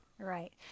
Right